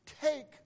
take